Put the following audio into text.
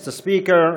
Mr. Speaker,